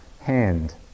Hand